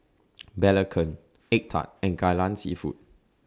Belacan Egg Tart and Kai Lan Seafood